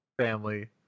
family